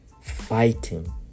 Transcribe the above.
fighting